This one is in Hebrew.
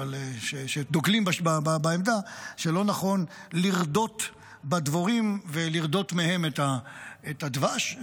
שדוגלים בעמדה שלא נכון לרדות בדבורים ולרדות מהן את הדבש.